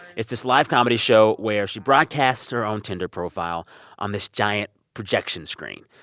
it's this live comedy show where she broadcasts her own tinder profile on this giant projection screen.